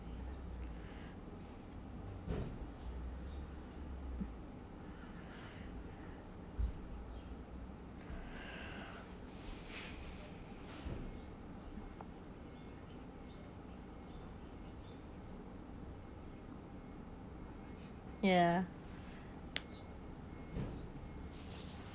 ya